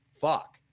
fuck